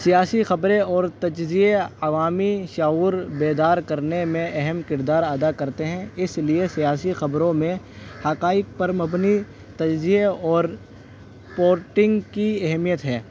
سیاسی خبریں اور تجزیے عوامی شعور بیدار کرنے میں اہم کردار ادا کرتے ہیں اس لیے سیاسی خبروں میں حقائق پر مبنی تجزیے اور کی اہمیت ہے